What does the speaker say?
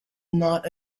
not